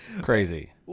crazy